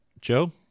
Joe